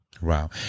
Wow